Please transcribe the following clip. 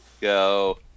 Go